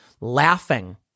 laughing